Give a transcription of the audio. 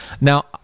Now